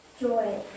joy